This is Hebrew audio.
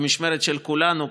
במשמרת של כולנו,